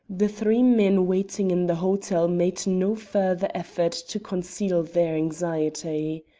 the three men waiting in the hotel made no further effort to conceal their anxiety.